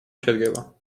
შედგება